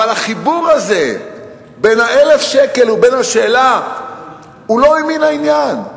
אבל החיבור הזה בין ה-1,000 שקל לבין השאלה הוא לא ממין העניין.